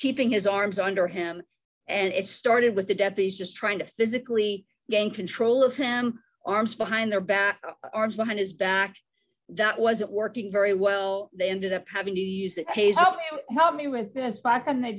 keeping his arms under him and it started with the deputies just trying to physically gain control of him arms behind their back arms behind his back that wasn't working very well they ended up having to use a taser help me with that spot and they